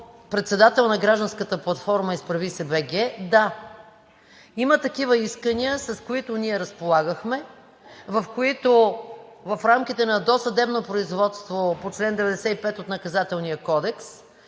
председател на гражданската платформа „Изправи се. БГ!“, да има такива искания, с които ние разполагахме, в които в рамките на досъдебно производство по чл. 95 от Наказателния кодекс